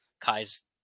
Kai's